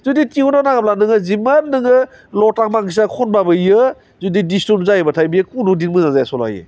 जुदि टिउनाव नाङाब्ला जिमान नोङो लता मांगेसकारा खनबाबो बियो जुदि दिसटिउन जायोबाथाय बेयो खुनुदिन मोजां जाया सल'आ बियो